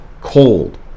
cold